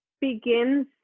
begins